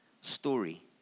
story